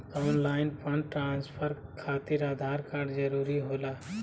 Online fund transfer खातिर Aadhaar card जरूरी होला?